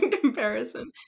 comparison